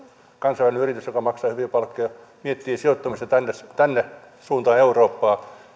kansainvälinen yritys joka maksaa hyviä palkkoja miettii sijoittavansa tänne suuntaan eurooppaa